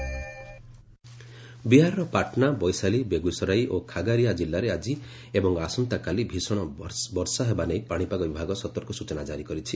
Bihar flood ବିହାରର ପାଟନା ବୈଶାଳୀ ବେଗ୍ରସରାଇ ଓ ଖାଗାରିଆ ଜିଲ୍ଲାରେ ଆକି ଏବଂ ଆସନ୍ତାକାଲି ଭୀଷଣ ବର୍ଷା ହେବା ନେଇ ପାଣିପାଗ ବିଭାଗ ସତର୍କ ସୂଚନା ଜାରି କରିଛି